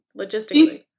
logistically